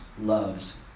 loves